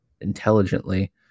intelligently